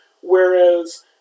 Whereas